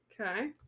Okay